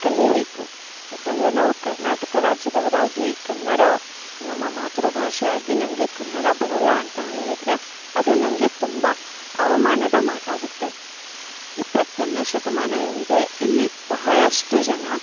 ಕಲೀಬೇಕು ಯಾಕಂದರೆ ನಾವು ಕರ್ನಾಟಕ ರಾಜ್ಯದವರಾಗಿ ಕನ್ನಡ ನಮ್ಮ ಮಾತೃಭಾಷೆಯಾಗಿ ನಮಗೆ ಕನ್ನಡ ಬರಲ್ಲ ಅಂತ ಹೇಳಿದ್ರೆ ಅದು ನಮಗೆ ತುಂಬ ಅವಮಾನದ ಮಾತಾಗುತ್ತೆ ಇಪ್ಪತ್ತೊಂದನೇ ಶತಮಾನ ಏನಿದೆ ಇಲ್ಲಿ ಬಹಳಷ್ಟು ಜನ